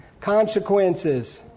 Consequences